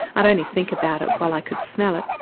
i'd only think about it while i could smell it.